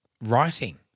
writing